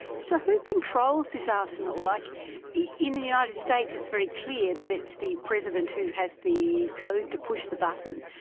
so who controls this arsenal? like in the united states it's very clear that it's the president who has the code to push the button,